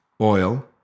Oil